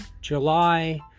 July